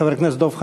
חבר הכנסת דב חנין?